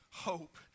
Hope